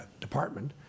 department